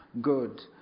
good